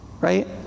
Right